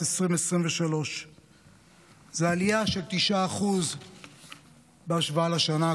2023. זו עלייה של 9% בהשוואה לשנה הקודמת.